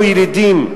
אנחנו ילידים,